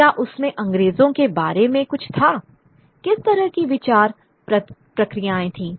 क्या उसमें अंग्रेजों के बारे में कुछ था किस तरह की विचार प्रक्रियाएं थीं